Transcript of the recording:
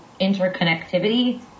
interconnectivity